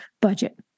budget